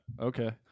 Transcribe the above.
Okay